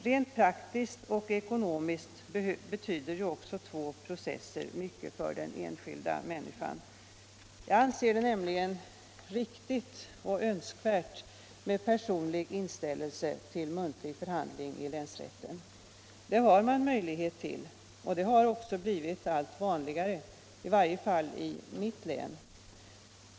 Rent praktiskt och ekonomiskt betyder också två processer mycket för den enskilda människan. Jag anser det nämligen riktigt och önskvärt med personlig inställelse till muntlig förhandling i länsrätten. Det finns ju möjligheter till muntlig förhandling, och den har också blivit allt vanligare, i varje fall i mitt län.